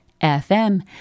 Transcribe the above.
FM